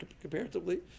comparatively